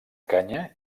canya